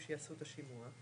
הצבעה.